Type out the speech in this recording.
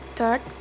Third